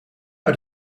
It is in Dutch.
uit